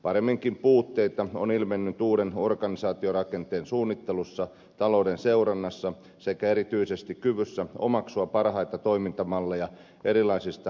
paremminkin puutteita on ilmennyt uuden organisaatiorakenteen suunnittelussa talouden seurannassa sekä erityisesti kyvyssä omaksua parhaita toimintamalleja erilaisista yhteenliittyvistä kunnista